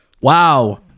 wow